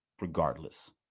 regardless